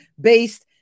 based